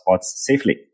safely